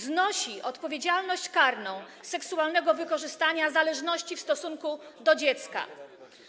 Znosi odpowiedzialność karną w wypadku seksualnego wykorzystania zależności w stosunku do dziecka.